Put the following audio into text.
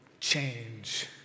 change